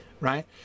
right